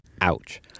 Ouch